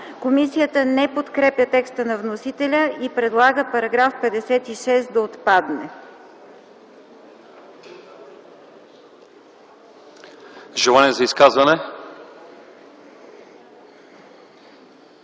„Комисията не подкрепя текста на вносителя и предлага § 78 да отпадне”.